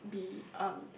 be